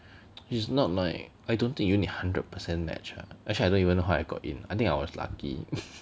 it's not like I don't think you need hundred percent match ah actually I don't even know how I got in I think I was lucky